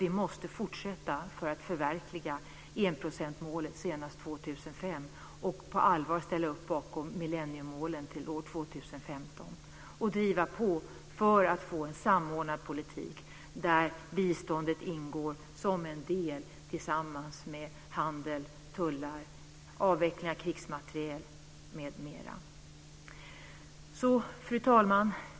Vi måste fortsätta för att förverkliga enprocentsmålet senast år 2005 och på allvar ställa upp bakom millenniemålen till år 2015. Och vi måste driva på för att få en samordnad politik där biståndet ingår som en del, tillsammans med handel, tullar, avveckling av krigsmateriel m.m. Fru talman!